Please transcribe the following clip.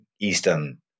Eastern